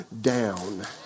down